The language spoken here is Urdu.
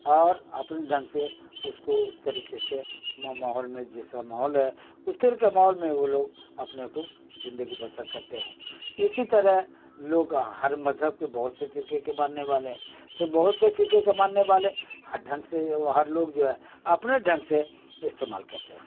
اور اپنے ڈھنگ سے اس کو اس طریقے سے ماہول میں جیسا ماہول ہے اس طرح کے ماہول میں وہ لوگ اپنے کو زندگی بسر کرتے ہیں اسی طرح لوگ ہر مذہب کے بہت سے فرقے کے ماننے والے ہیں تو بہت سے فرقے کے ماننے والے ہر ڈھنگ سے ہر لوگ جو ہے اپنے ڈھنگ سے استعمال کرتے ہیں